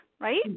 right